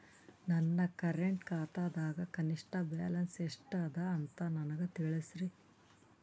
ನನ್ನ ಕರೆಂಟ್ ಖಾತಾದಾಗ ಕನಿಷ್ಠ ಬ್ಯಾಲೆನ್ಸ್ ಎಷ್ಟು ಅದ ಅಂತ ನನಗ ತಿಳಸ್ರಿ